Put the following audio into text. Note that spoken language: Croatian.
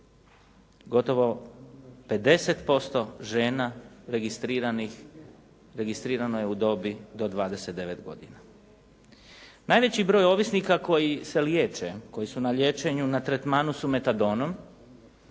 gotovo 50% žena registrirano je u dobi do 29 godina. Najveći broj ovisnika koji se liječe, koji su na liječenju na tretmanu su metadonom